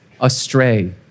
astray